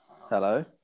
Hello